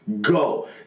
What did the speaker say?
Go